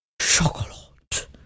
Chocolate